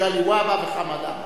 מגלי והבה וחמד עמאר.